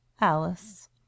alice